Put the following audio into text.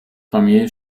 familie